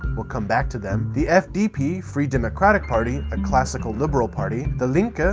we'll come back to them the fdp, free democratic party, a classical liberal party the linke, ah